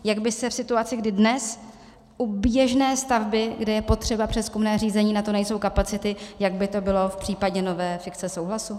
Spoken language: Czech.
Jak by se v situaci, kdy dnes u běžné stavby, kde je potřeba přezkumné řízení, na to nejsou kapacity, jak by to bylo v případě nové fikce souhlasu?